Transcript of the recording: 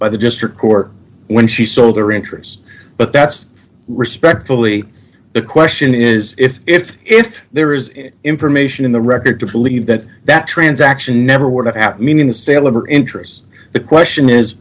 by the district court when she saw her interest but that's respectfully the question is if if if there is information in the record to believe that that transaction never would have happened meaning the sale of her interest the question is